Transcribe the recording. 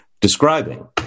describing